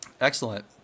Excellent